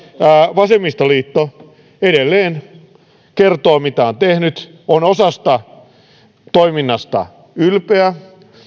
vasemmistoliitto edelleen kertoo mitä on tehnyt on osasta toiminnasta ylpeä